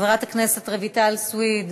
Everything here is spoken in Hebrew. מוותרת, חברת הכנסת רויטל סויד,